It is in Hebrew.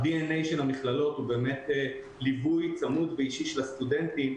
ה-DNA של המכללות הוא באמת ליווי צמוד ואישי של הסטודנטים,